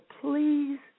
please